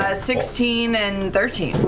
ah sixteen and thirteen.